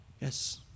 Yes